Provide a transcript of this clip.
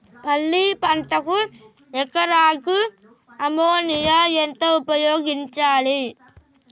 పల్లి పంటకు ఎకరాకు అమోనియా ఎంత ఉపయోగించాలి?